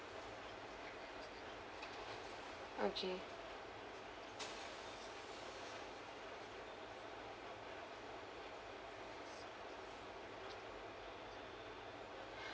okay